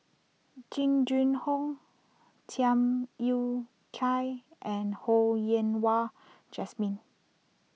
Jing Jun Hong Tham Yui Kai and Ho Yen Wah Jesmine